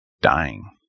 dying